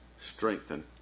strengthen